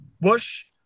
Bush